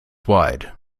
wide